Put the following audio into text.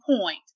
point